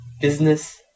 business